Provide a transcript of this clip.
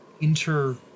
inter